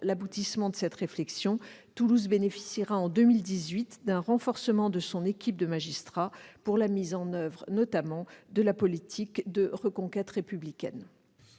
l'aboutissement, Toulouse bénéficiera en 2018 d'un renforcement de son équipe de magistrats pour la mise en oeuvre, notamment, de la politique de reconquête républicaine.